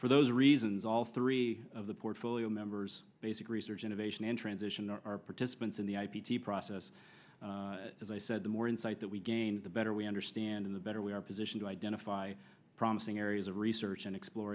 for those reasons all three of the portfolio members basic research innovation and transition are participants in the i p t process as i said the more insight that we gain the better we understand the better we are positioned to identify promising areas of research and explore